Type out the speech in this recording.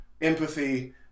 empathy